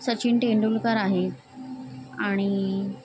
सचिन तेंडुलकर आहेत आणि